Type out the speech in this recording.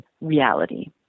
reality